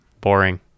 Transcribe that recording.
boring